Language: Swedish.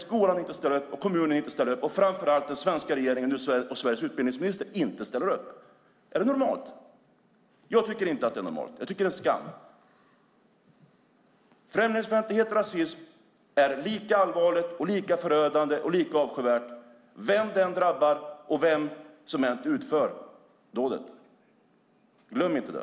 Skolan ställer inte upp, kommunen ställer inte upp och framför allt ställer den svenska regeringen och Sveriges utbildningsminister inte upp. Är det normalt? Jag tycker inte att det är normalt. Jag tycker att det är en skam. Främlingsfientlighet och rasism är lika allvarligt, lika förödande och lika avskyvärt vem det än drabbar och vem som än utför dådet. Glöm inte det!